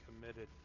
committed